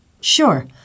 Sure